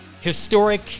historic